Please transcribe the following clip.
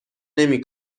نمی